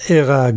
era